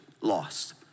lost